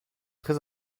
très